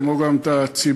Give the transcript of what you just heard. כמו גם את הציבור,